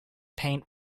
paint